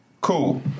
Cool